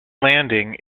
landing